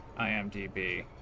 IMDB